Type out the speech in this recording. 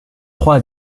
proie